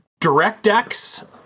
DirectX